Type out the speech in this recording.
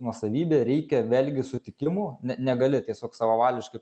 nuosavybė reikia vėlgi sutikimų ne negali tiesiog savavališkai